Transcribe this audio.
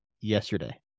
yesterday